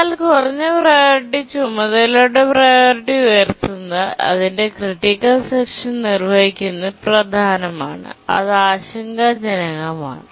എന്നാൽ കുറഞ്ഞ പ്രിയോറിറ്റി ചുമതലയുടെ പ്രിയോറിറ്റി ഉയർത്തുന്നത് അതിന്റെ ക്രിട്ടിക്കൽ സെക്ഷൻ നിർവ്വഹിക്കുന്നത് പ്രധാനമാണ് അത് ആശങ്കാജനകമാണ്